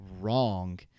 wrong